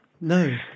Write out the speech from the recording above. No